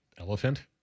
Elephant